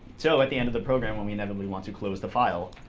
so at the end of the program when we inevitably want to close the file,